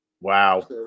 Wow